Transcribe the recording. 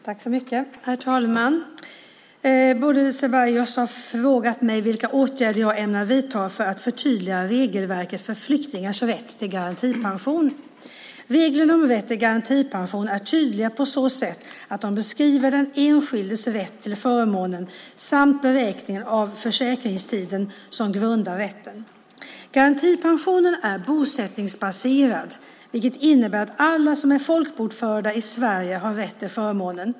Herr talman! Bodil Ceballos har frågat mig vilka åtgärder jag avser att vidta för att förtydliga regelverket för flyktingars rätt till garantipension. Reglerna om rätt till garantipension är tydliga på så sätt att de beskriver den enskildes rätt till förmånen samt beräkningen av försäkringstiden som grundar rätten. Garantipensionen är bosättningsbaserad, vilket innebär att alla som är folkbokförda i Sverige har rätt till förmånen.